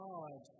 God